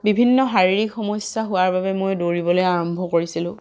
বিভিন্ন শাৰিৰীক সমস্যা হোৱাৰ বাবে মই দৌৰিবলৈ আৰম্ভ কৰিছিলোঁ